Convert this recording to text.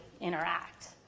interact